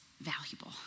valuable